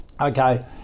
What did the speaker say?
okay